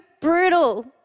brutal